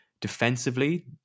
Defensively